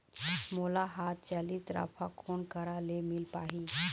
मोला हाथ चलित राफा कोन करा ले मिल पाही?